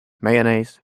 mayonnaise